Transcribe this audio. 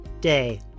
day